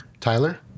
Tyler